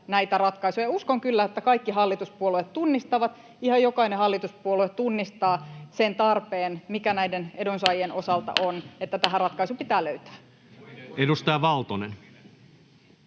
Uskon kyllä, että kaikki hallituspuolueet tunnistavat, ihan jokainen hallituspuolue tunnistaa, sen tarpeen, mikä näiden edunsaajien osalta on, että tähän ratkaisu pitää löytää. [Speech